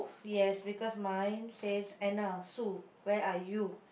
yes because mine says Anna Sue where are you